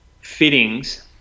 fittings